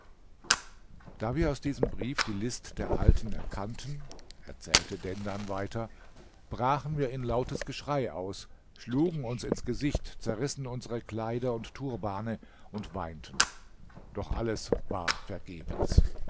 da wir aus diesem brief die list der alten erkannten erzählte dendan weiter brachen wir in lautes geschrei aus schlugen uns ins gesicht zerrissen unsere kleider und turbane und weinten doch alles war vergebens